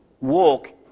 walk